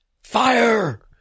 Fire